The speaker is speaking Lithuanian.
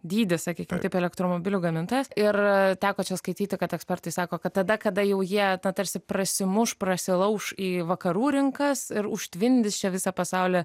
dydį sakykim taip elektromobilių gamintojas ir teko skaityti kad ekspertai sako kad tada kada jau jie ta tarsi prasimuš prasilauš į vakarų rinkas ir užtvindys čia visą pasaulį